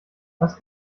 was